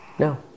No